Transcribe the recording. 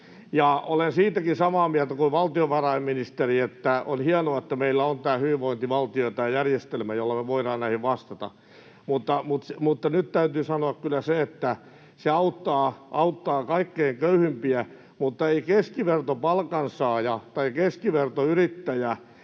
olen siitäkin samaa mieltä kuin valtiovarainministeri, että on hienoa, että meillä on tämä hyvinvointivaltio, tämä järjestelmä, jolla me voidaan näihin vastata. Mutta nyt täytyy kyllä sanoa, että se auttaa kaikkein köyhimpiä, mutta ei keskivertopalkansaaja, keskivertoyrittäjä